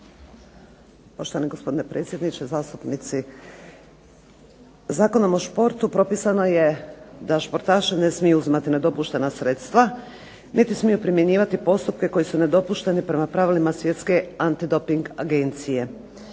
Poštovani gospodine predsjedniče, zastupnici. Zakonom o športu propisano je da športaši ne smiju uzimati nedopuštena sredstva niti smiju primjenjivati postupke koji su nedopušteni prema pravilima Svjetske antidoping agencije,